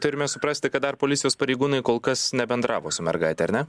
turime suprasti kad dar policijos pareigūnai kol kas nebendravo su mergaite ar ne